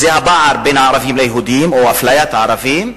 הפער בין הערבים ליהודים או אפליית הערבים,